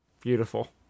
Beautiful